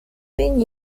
been